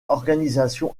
organisation